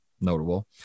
notable